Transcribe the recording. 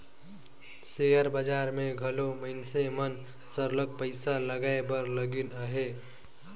share बजार में घलो मइनसे मन सरलग पइसा लगाए बर लगिन अहें